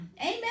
Amen